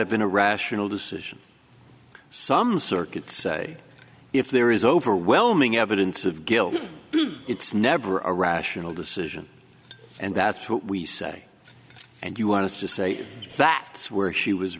have been a rational decision some circuits say if there is overwhelming evidence of guilt it's never a rational decision and that's what we say and you want to say that's where she was